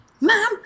Mom